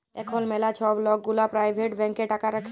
এখল ম্যালা ছব লক গুলা পারাইভেট ব্যাংকে টাকা রাখে